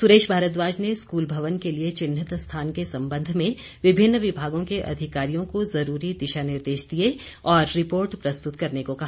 सुरेश भारद्वाज ने स्कूल भवन के लिए चिन्हित स्थान के संबंध में विभिन्न विभागों के अधिकारियों को जरूरी दिशा निर्देश दिए और रिर्पोट प्रस्तुत करने को कहा